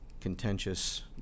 contentious